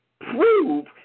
prove